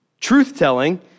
Truth-telling